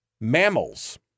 mammals